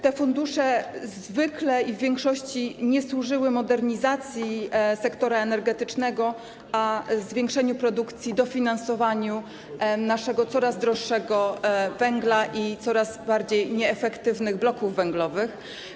Te fundusze zwykle w większości służyły nie modernizacji sektora energetycznego, ale zwiększeniu produkcji, dofinansowaniu naszego coraz droższego węgla i coraz bardziej nieefektywnych bloków węglowych.